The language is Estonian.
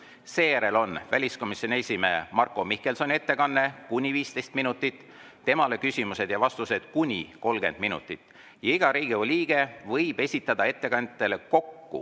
Siis on väliskomisjoni esimehe Marko Mihkelsoni ettekanne kuni 15 minutit, temale küsimused ja vastused kuni 30 minutit. Iga Riigikogu liige võib esitada ettekandjatele kokku